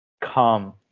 come